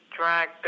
drag